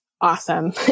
awesome